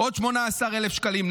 עוד 18,000 שקלים,